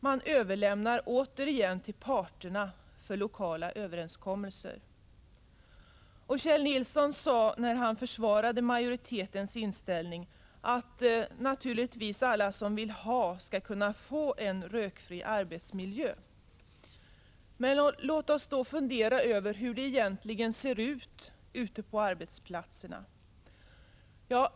Man överlämnar återigen till parterna att träffa lokala överenskommelser. När Kjell Nilsson försvarade majoritetens inställning sade han att alla som vill ha en rökfri arbetsmiljö naturligtvis skall kunna få det. Låt oss då fundera över hur det egentligen ser ut ute på arbetsplatserna!